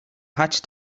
hatch